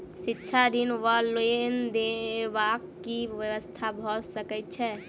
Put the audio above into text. शिक्षा ऋण वा लोन देबाक की व्यवस्था भऽ सकै छै?